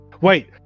Wait